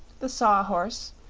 the saw-horse,